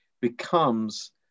becomes